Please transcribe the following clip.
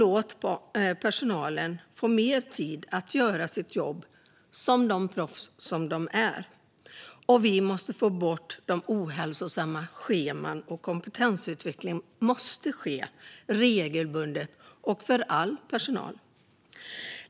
Låt personalen få mer tid att göra sina jobb som de proffs de är. Vi måste få bort ohälsosamma scheman, och kompetensutveckling för all personal måste ske regelbundet.